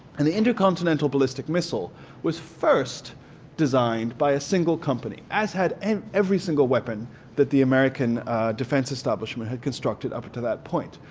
and the intercontinental ballistic missile was first designed by a single company as had and every single weapon that the american defense establishment had constructed up to that point.